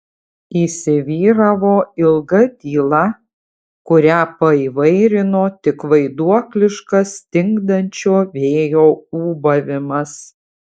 įsivyravo ilga tyla kurią paįvairino tik vaiduokliškas stingdančio vėjo ūbavimas